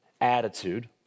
attitude